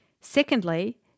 Secondly